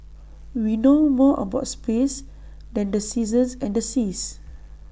we know more about space than the seasons and the seas